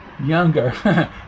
Younger